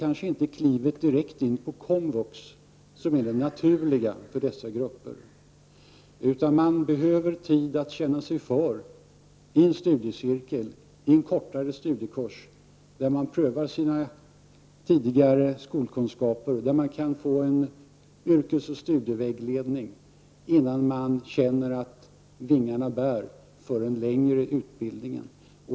Att ta klivet direkt in på komvux är kanske inte det naturliga för dessa grupper, utan man behöver tid att känna sig för, t.ex. i en studiecirkel eller i en kortare studiekurs, där man kan pröva sina tidigare skolkunskaper och där man kan få yrkes och studievägledning, innan man känner att vingarna bär för en längre utbildning.